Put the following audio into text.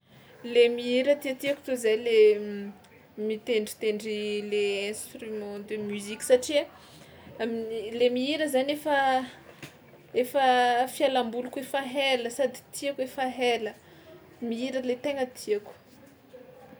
Le mihira tiatiako toy zay le m- mitendritendry le instrument de musique satria amin'ny le mihira zany efa efa fialamboliko efa hela sady tiàko efa hela, mihira le tegna tiàko.